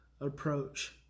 approach